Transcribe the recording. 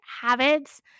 habits